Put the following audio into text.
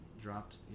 dropped